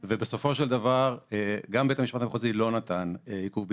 בסופו של דבר גם בית המשפט המחוזי לא נתן עיכוב ביצוע,